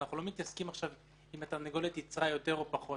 אנחנו לא מתעסקים עכשיו אם התרנגולת ייצרה יותר או פחות,